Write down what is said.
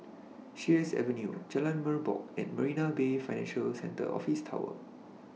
Sheares Avenue Jalan Merbok and Marina Bay Financial Centre Office Tower